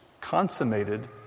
consummated